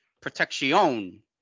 protection